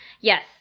Yes